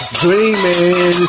dreaming